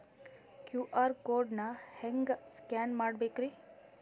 QR code ನಾ ಹೆಂಗ scan ಮಾಡಬೇಕ್ರಿ?